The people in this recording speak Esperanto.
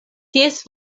ties